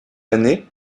années